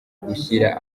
gushyira